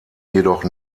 jedoch